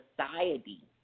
society